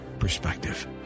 perspective